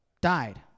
Died